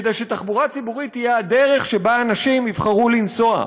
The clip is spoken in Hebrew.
כדי שתחבורה ציבורית תהיה הדרך שבה אנשים יבחרו לנסוע.